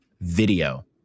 video